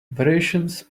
variations